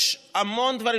יש המון דברים.